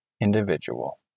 individual